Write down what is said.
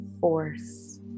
force